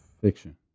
fiction